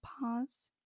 pause